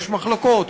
יש מחלוקות,